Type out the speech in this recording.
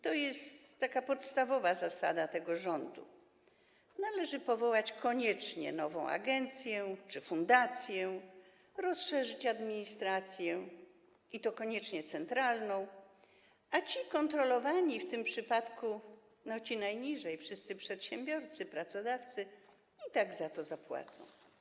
To jest taka podstawowa zasada tego rządu: należy powołać koniecznie nową agencję czy fundację, rozszerzyć administrację, i to koniecznie centralną, a ci kontrolowani, w tym przypadku wszyscy przedsiębiorcy, pracodawcy, i tak za to zapłacą.